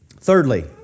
Thirdly